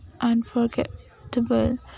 Unforgettable